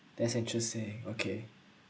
that's interesting okay